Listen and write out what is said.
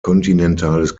kontinentales